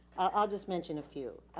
i'll just mention a few.